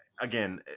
again